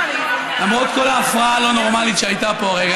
למרות כל ההפרעה הלא-נורמלית שהייתה פה הרגע,